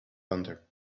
counter